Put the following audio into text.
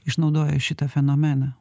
išnaudoja šitą fenomeną